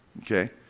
Okay